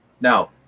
Now